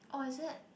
oh is it